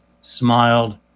smiled